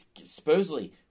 supposedly